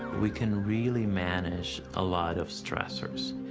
we can really manage a lot of stressors.